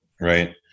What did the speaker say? right